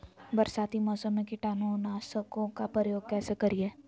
बरसाती मौसम में कीटाणु नाशक ओं का प्रयोग कैसे करिये?